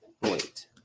Wait